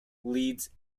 leeds